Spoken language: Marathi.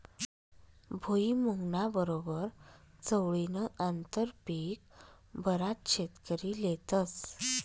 भुईमुंगना बरोबर चवळीनं आंतरपीक बराच शेतकरी लेतस